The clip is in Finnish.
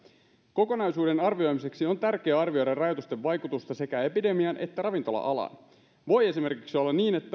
kokonaisuuden arvioimiseksi on tärkeää arvioida rajoitusten vaikutusta sekä epidemiaan että ravintola alaan voi esimerkiksi olla niin että